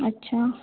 अच्छा